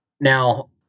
Now